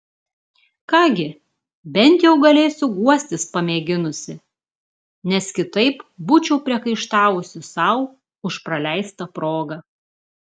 ką gi bent jau galėsiu guostis pamėginusi nes kitaip būčiau priekaištavusi sau už praleistą progą